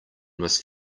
must